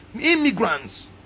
immigrants